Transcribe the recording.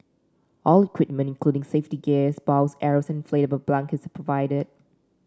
all equipment including safety gear bows arrows and inflatable bunkers are provided